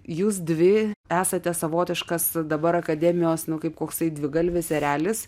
jūs dvi esate savotiškas dabar akademijos nu kaip koksai dvigalvis erelis